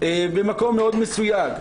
במקום מאוד מסוים,